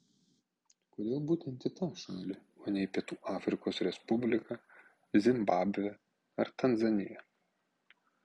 kodėl būtent į tą šalį o ne į pietų afrikos respubliką zimbabvę ar tanzaniją